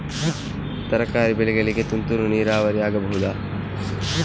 ತರಕಾರಿ ಬೆಳೆಗಳಿಗೆ ತುಂತುರು ನೀರಾವರಿ ಆಗಬಹುದಾ?